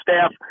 staff